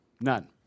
None